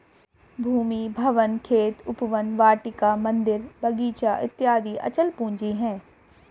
भूमि, भवन, खेत, उपवन, वाटिका, मन्दिर, बगीचा इत्यादि अचल पूंजी है